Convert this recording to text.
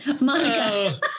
Monica